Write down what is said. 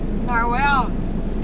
like 我要